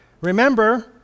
Remember